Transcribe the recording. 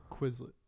Quizlet